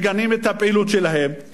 מגנים את הפעילות שלהם,